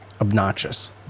obnoxious